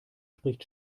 spricht